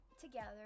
together